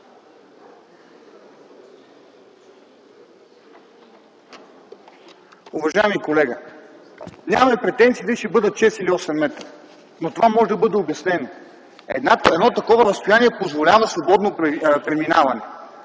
Уважаеми колега, нямаме претенциите дали ще бъдат 6 или 8 метра, но това може да бъде обяснено. Едно такова разстояние позволява свободно преминаване,